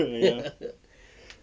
ah ya